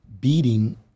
beating